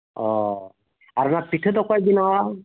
ᱚᱻ ᱟᱨ ᱚᱱᱟ ᱯᱤᱴᱷᱟᱹ ᱫᱚ ᱚᱠᱚᱭ ᱵᱮᱱᱟᱣᱟ